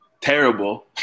terrible